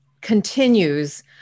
continues